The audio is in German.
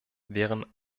wären